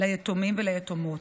ליתומים וליתומות: